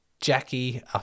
Jackie